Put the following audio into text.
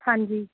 ਹਾਂਜੀ